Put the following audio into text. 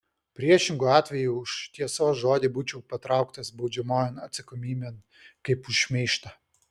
priešingu atveju už tiesos žodį būčiau patrauktas baudžiamojon atsakomybėn kaip už šmeižtą